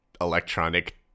electronic